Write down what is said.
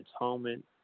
atonement